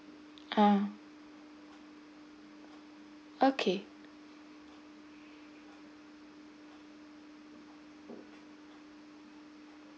um okay